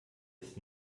ist